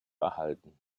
erhalten